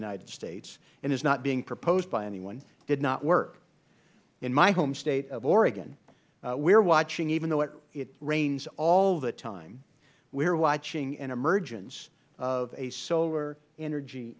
united states and is not being proposed by anyone did not work in my home state of oregon we are watching even though it rains all the time we are watching an emergence of a solar energy